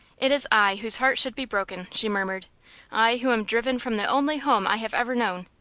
it is i whose heart should be broken! she murmured i who am driven from the only home i have ever known.